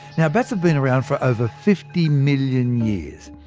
yeah bats have been around for over fifty million years.